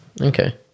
okay